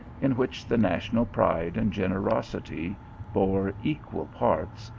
in which the national pride and generosity bore equal parts,